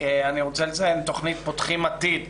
אני רוצה לציין את תוכנית פותחים עתיד.